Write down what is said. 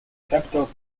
capital